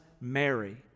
Mary